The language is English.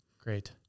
Great